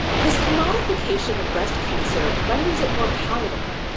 this commodification of breast cancer renders it more palatable.